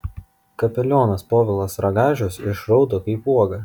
kapelionas povilas ragažius išraudo kaip uoga